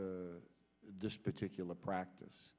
this particular practice